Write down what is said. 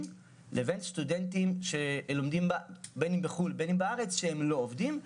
לבין סטודנטים שלומדים בין בחו"ל ובין בארץ שהם לא עובדים,